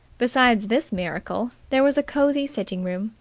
besides this miracle, there was a cosy sitting-room,